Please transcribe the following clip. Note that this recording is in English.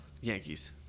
Yankees